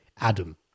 Adam